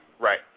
Right